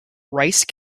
rice